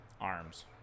Arms